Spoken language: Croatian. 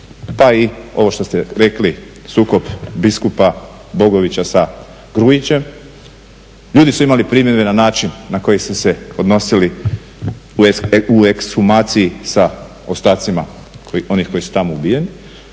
pa i ovo što ste rekli sukob biskupa Bogovića sa Grujićem. Ljudi su imali primjedbe na način na koji su se odnosili u ekshumaciji sa ostacima onih koji su tamo ubijeni.